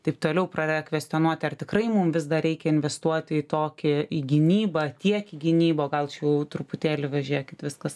taip toliau pradeda kvestionuoti ar tikrai mum vis dar reikia investuot į tokį į gynybą tiek į gynybą gal čia jau truputėlį va žėkit viskas